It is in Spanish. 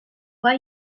why